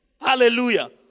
Hallelujah